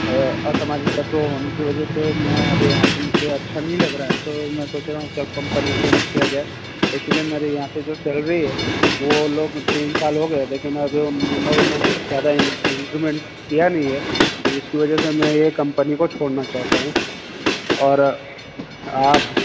असामाजिक तत्व होने की वजह से अब मैं अभी यहाँ पर मुझे अच्छा नहीं लग रहा है तो मैं सोच रहा हूँ अब कम्पनी चेंज किया जाए इसलिए मेरे यहाँ पर जो सैलरी है वो लोग तीन साल हो गए लेकिन ज़्यादा इंप्रूवमेंट किया नहीं है इसकी वजह से मैं यह कम्पनी को छोड़ना चाहता हूँ और आप